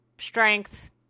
strength